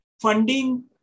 funding